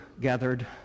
gathered